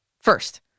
First